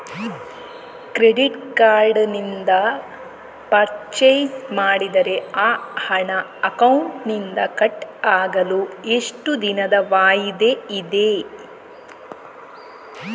Credit card ನಿಂದ purchase ಮಾಡಿದರೆ ಆ ಹಣ ಅಕೌಂಟಿನಿಂದ ಕಟ್ ಆಗಲು ಎಷ್ಟು ದಿನದ ವಾಯಿದೆ ಇದೆ?